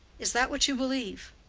is that what you believe?